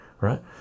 right